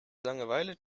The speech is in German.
langeweile